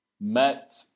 met